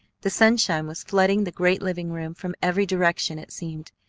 the sunshine was flooding the great living-room from every direction, it seemed.